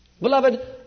Beloved